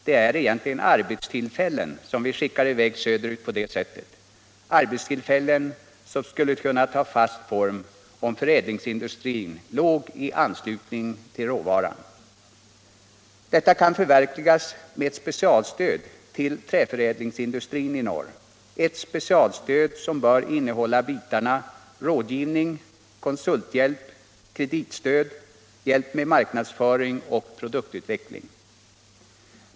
Det är egentligen arbetstillfällen som vi skickar i väg söderut på det sättet, arbetstillfällen som skulle kunna ta fast form om förädlingsindustrin låg i anslutning till råvaran. Detta kan förverkligas med ett specialstöd till träförädlingsindustrin i norr, ett specialstöd som bör innehålla bitarna rådgivning, konsulthjälp, kreditstöd, hjälp med marknadsföring och produktutveckling.